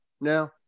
now